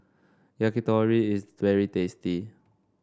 Yakitori is very tasty